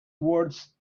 words